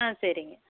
ஆ சரிங்க